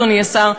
אדוני השר,